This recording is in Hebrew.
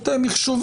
במרבית התיקים,